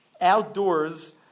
Outdoors